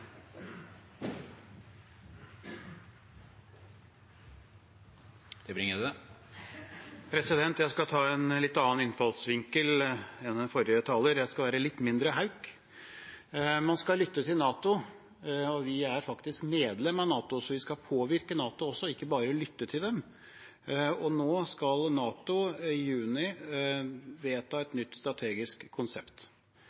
Jeg skal ta en litt annen innfallsvinkel enn den forrige taleren. Jeg skal være litt mindre hauk. Man skal lytte til NATO, og vi er faktisk medlem av NATO, så vi skal påvirke NATO også, ikke bare lytte til dem. Nå skal NATO i juni vedta et